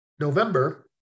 November